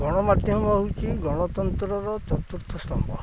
ଗଣମାଧ୍ୟମ ହେଉଛି ଗଣତନ୍ତ୍ରର ଚତୁର୍ଥ ସ୍ତମ୍ଭ